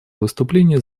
выступление